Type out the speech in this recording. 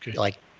like,